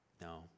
no